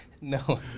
No